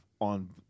on